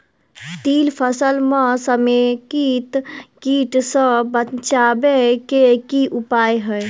तिल फसल म समेकित कीट सँ बचाबै केँ की उपाय हय?